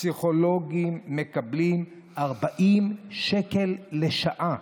פסיכולוגים מקבלים 40 שקל לשעה.